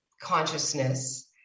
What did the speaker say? consciousness